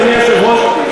אדוני היושב-ראש,